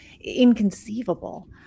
inconceivable